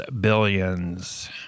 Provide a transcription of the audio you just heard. billions